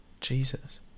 Jesus